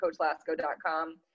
coachlasco.com